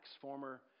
former